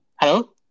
Hello